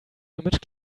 image